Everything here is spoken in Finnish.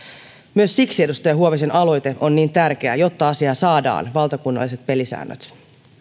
myös siksi edustaja huovisen aloite on niin tärkeä että asialle saadaan valtakunnalliset pelisäännöt